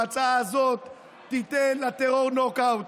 ההצעה הזאת תיתן לטרור נוק-אאוט.